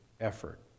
effort